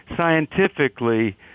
scientifically